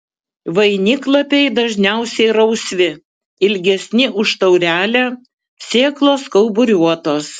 vainiklapiai dažniausiai rausvi ilgesni už taurelę sėklos kauburiuotos